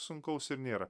sunkaus ir nėra